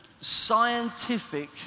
scientific